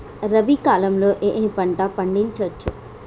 రబీ కాలంలో ఏ ఏ పంట పండించచ్చు?